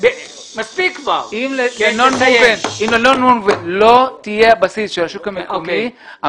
אם לנון גובן לא יהיה בסיס של השוק המקומי,